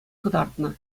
кӑтартнӑ